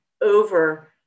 over